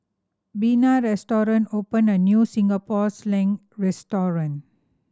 Bina recently opened a new Singapore Sling restaurant